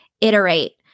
iterate